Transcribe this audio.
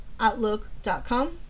outlook.com